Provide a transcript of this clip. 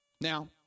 Now